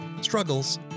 struggles